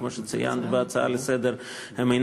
כמו שציינת בהצעה לסדר-היום,